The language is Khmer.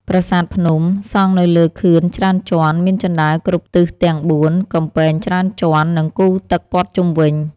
ប្រាសាទភ្នំ: សង់នៅលើខឿនច្រើនជាន់ មានជណ្តើរគ្រប់ទិសទាំងបួន កំពែងច្រើនជាន់ និងគូទឹកព័ទ្ធជុំវិញ។